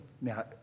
now